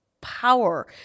power